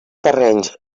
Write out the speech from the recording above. terrenys